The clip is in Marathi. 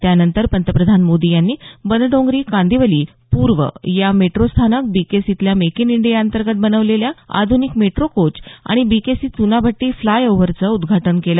त्यानंतर पंतप्रधान मोदी यांनी बनडोंगरी कांदिवली पूर्व या मेट्रो स्थानक बीकेसीतल्या मेक इन इंडियाअंतर्गत बनवलेल्या आध्निक मेट्रो कोच आणि बीकेसी च्नाभट्टी फ्लायओव्हरचं उद्घाटन केलं